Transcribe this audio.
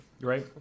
Right